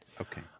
Okay